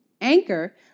Anchor